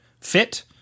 fit